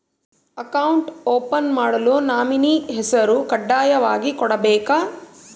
Account open ಮಾಡಲು nominee ಹೆಸರು ಕಡ್ಡಾಯವಾಗಿ ಕೊಡಬೇಕಾ?